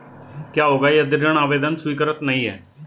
क्या होगा यदि ऋण आवेदन स्वीकृत नहीं है?